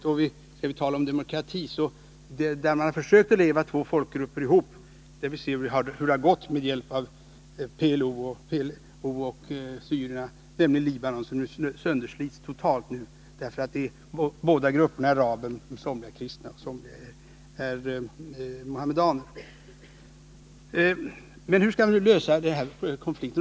Och skall vi tala om demokrati, så ser vi hur det gått där två folkgrupper försökt leva ihop. Jag syftar på PLO och syrierna i Libanon, som sönderslits totalt nu — båda grupperna är araber men somliga är kristna, andra muhammedaner. Men hur skall vi nu lösa konflikten?